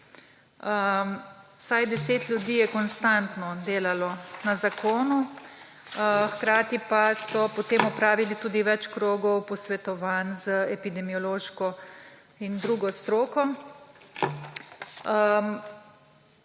Vsaj deset ljudi je konstantno delalo na zakonu, hkrati pa so potem opravili tudi več krogov posvetovanj z epidemiološko in drugo stroko.